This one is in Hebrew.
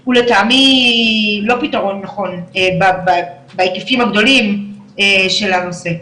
הוא לטעמי לא פתרון נכון בהיקפים הגדולים של הנושא,